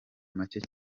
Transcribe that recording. make